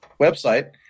website